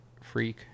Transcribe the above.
freak